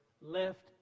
left